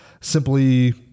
Simply